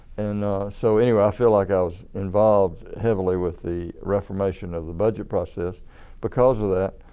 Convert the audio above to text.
and so anyway i feel like i was involved heavily with the reformation of the budget process because of that.